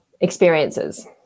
experiences